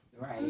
Right